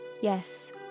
Yes